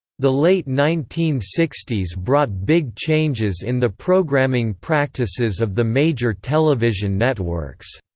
the late nineteen sixty s brought big changes in the programming practices of the major television networks.